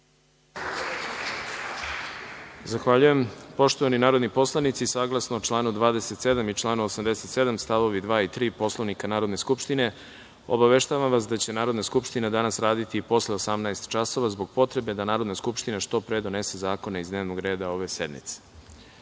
Zahvaljujem. Poštovani narodni poslanici, saglasno čl. 27. i 87. st. 2. i 3. Poslovnika Narodne skupštine, obaveštavam vas da će Narodna skupština danas raditi i posle 18,00 časova zbog potrebe da Narodna skupština što pre donese zakone iz dnevnog reda ove sednice. Reč